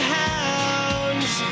hounds